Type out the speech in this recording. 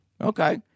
Okay